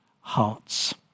hearts